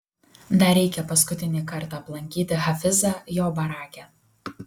dar reikia paskutinį kartą aplankyti hafizą jo barake